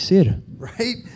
Right